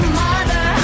mother